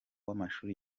w’amashuri